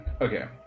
okay